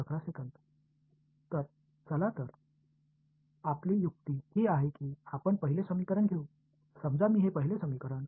எனவே நான் இதை இங்கே தெளிவாக எழுத மாட்டேன் என்று நினைக்கிறேன் எனவே இப்போது இதை எவ்வாறு தொடரலாம்